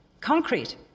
concrete